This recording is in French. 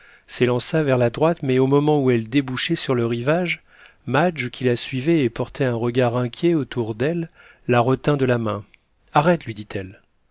s'élança vers la droite mais au moment où elle débouchait sur le rivage madge qui la suivait et portait un regard inquiet autour d'elle la retint de la main arrête lui dit-elle